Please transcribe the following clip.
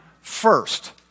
first